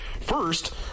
first